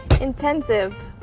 Intensive